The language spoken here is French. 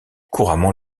couramment